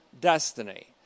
destiny